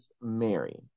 Mary